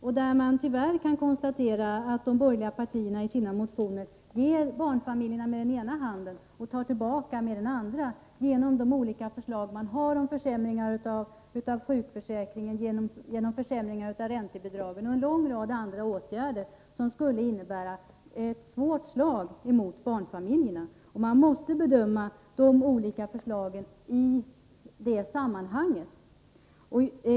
Man kan tyvärr konstatera att de borgerliga partierna i sina motioner ger till barnfamiljerna med den ena handen och tar tillbaka med den andra - genom de olika förslag man har om försämringar av sjukförsäkringen, genom försämringar av räntebidragen och genom en lång rad andra åtgärder som skulle innebära ett svårt slag mot barnfamiljerna. När man bedömer de olika förslagen måste man ha det sammanhanget klart för sig.